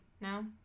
No